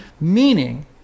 meaning